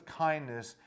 kindness